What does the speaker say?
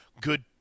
good